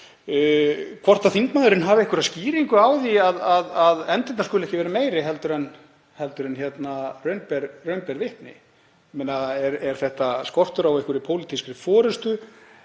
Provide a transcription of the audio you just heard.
hvort þingmaðurinn hafi einhverja skýringu á því að efndirnar skuli ekki vera meiri en raun ber vitni. Er þetta skortur á pólitískri forystu?